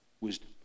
wisdom